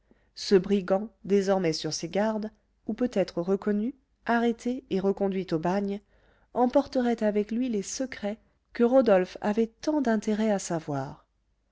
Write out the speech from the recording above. ce brigand désormais sur ses gardes ou peut-être reconnu arrêté et reconduit au bagne emporterait avec lui les secrets que rodolphe avait tant d'intérêt à savoir